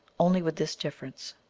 only with this difference